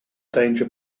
danger